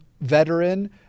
veteran